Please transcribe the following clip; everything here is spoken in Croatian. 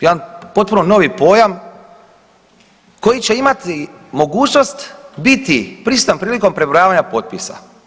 Jedan potpuno novi pojam koji će imati mogućnost biti prisutan prilikom prebrojavanja potpisa.